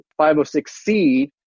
506C